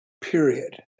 period